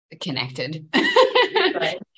connected